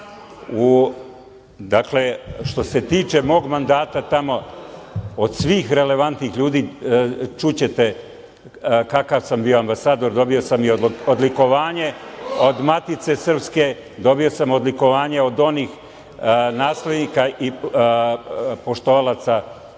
državu. Dakle, što se tiče mog mandata tamo od svih relevantnih ljudi čućete kakav sam bio ambasador. Dobio sam i odlikovanje od Matice srpske, dobio sam odlikovanje od onih naslednika i poštovalaca i